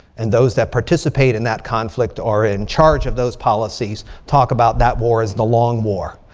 and those that participate in that conflict are in charge of those policies. talk about that war is the long war.